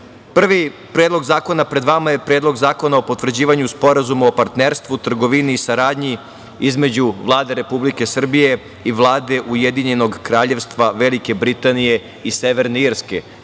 predlog zakona pred vama je Predlog zakona o potvrđivanju Sporazuma o partnerstvu, trgovini i saradnji između Vlade Republike Srbije i Vlade Ujedinjenog Kraljevstva Velike Britanije i Severne Irske. Kao